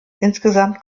insgesamt